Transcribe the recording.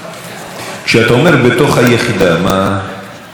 יש לך מטר בנייה: הבלוקים,